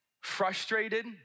frustrated